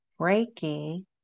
Reiki